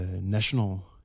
national